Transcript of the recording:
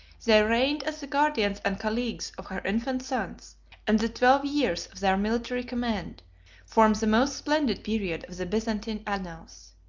they reigned as the guardians and colleagues of her infant sons and the twelve years of their military command form the most splendid period of the byzantine annals.